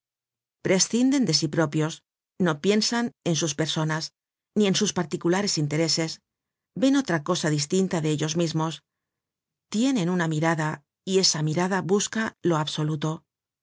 prescinden de sí propios no piensan en sus personas ni en sus particulares intereses ven otra cosa distinta de ellos mismos tienen una mirada y esa mirada busca lo absoluto